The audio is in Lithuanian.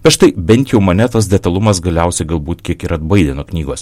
bet štai bent jau mane tas detalumas galiausiai galbūt kiek ir atbaidė nuo knygos